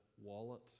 Wallet